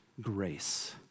grace